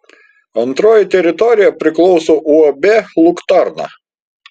antroji teritorija priklauso uab luktarna